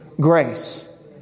grace